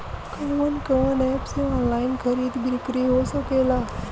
कवन कवन एप से ऑनलाइन खरीद बिक्री हो सकेला?